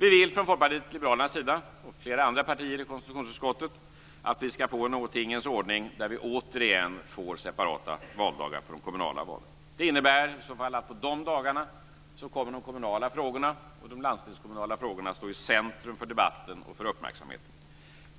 Vi vill från Folkpartiet liberalernas sida, och från flera andra partier i konstitutionsutskottet, få en sådan tingens ordning att vi återigen har separata valdagar för de kommunala valen. Det innebär att på de dagarna kommer de kommunala och de landstingskommunala frågorna att stå i centrum för debatten och uppmärksamheten.